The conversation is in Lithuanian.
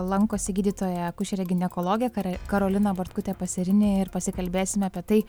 lankosi gydytoja akušerė ginekologė kara karolina bartkutė paserini ir pasikalbėsim apie tai